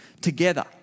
together